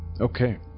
Okay